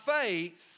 faith